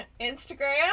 Instagram